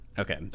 Okay